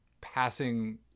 passing